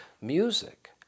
music